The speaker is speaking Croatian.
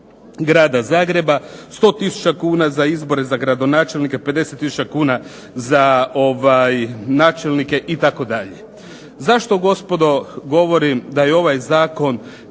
Grada Zagreba, 100 tisuća kuna za izbore za gradonačelnika, 50 tisuća kuna za načelnike itd. Zašto gospodo govorim da je ovaj zakon